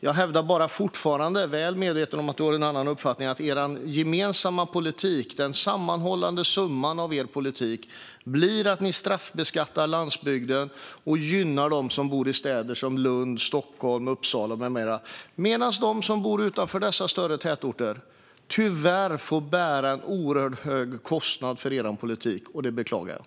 Jag hävdar bara fortfarande, väl medveten om att vi har olika uppfattning, att er gemensamma politik, den sammanhållna summan av er politik, blir att ni straffbeskattar landsbygden och gynnar dem som bor i städer som Lund, Stockholm och Uppsala. De som bor utanför dessa större tätorter får tyvärr bära en oerhört hög kostnad för er politik, och det beklagar jag.